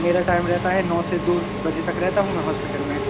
मेरा टाइम रहता है नौ से दो बजे तक रहता हूँ मैं हॉस्पिटल में